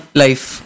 life